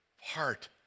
Heart